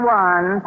one